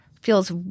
feels